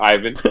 Ivan